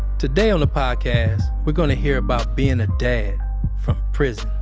today on the podcast, we're gonna hear about bein' a dad from prison.